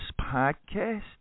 podcast